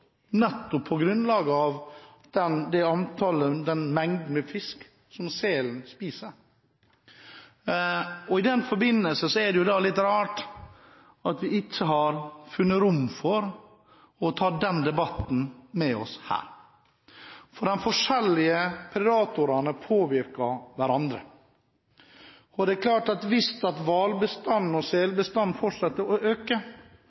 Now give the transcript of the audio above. nettopp på grunn av den mengden fisk som selen spiser. I den forbindelse er det litt rart at vi ikke har funnet rom for å ta den debatten her. De forskjellige predatorene påvirker hverandre, og det er klart at hvis hvalbestanden og selbestanden fortsetter å øke,